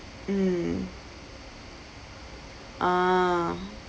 mm ah